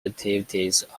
activities